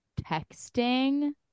texting